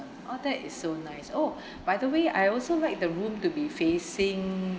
oh that is so nice oh by the way I also like the room to be facing